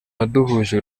waduhuje